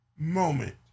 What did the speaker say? Moment